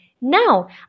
Now